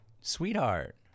sweetheart